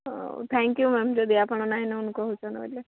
ହଉ thank you ma'am ଯଦି ଆପଣ ନାହିଁ ନଉନ କହୁଛନ୍ତି ବୋଲେ